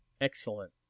Excellent